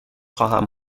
خواهم